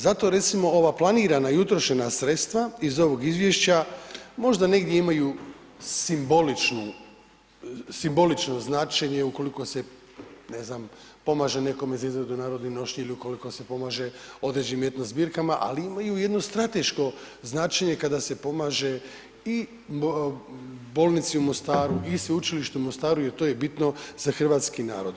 Zato recimo ova planirana i utrošena sredstva iz ovog izvješća možda negdje imaju simboličnu, simbolično značenje ukoliko se ne znam pomaže nekome za izradu narodnih nošnji ili ukoliko se pomaže određenim etno zbirkama, ali imaju i jedno strateško značenje kada se pomaže i bolnici u Mostaru i sveučilištu u Mostaru jer to je bitno za hrvatski narod.